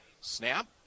Snap